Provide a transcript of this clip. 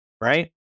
right